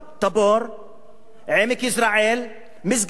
עמק יזרעאל, משגב.